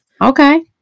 Okay